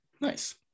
nice